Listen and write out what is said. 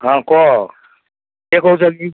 ହଁ କୁହ କିଏ କହୁଛନ୍ତି